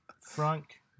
Frank